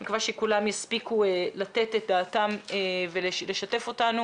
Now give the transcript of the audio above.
אני מקווה שכולם יספיקו לשתף אותנו,